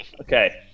Okay